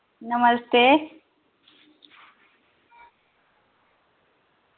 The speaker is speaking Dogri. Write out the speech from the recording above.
नमस्ते